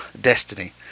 Destiny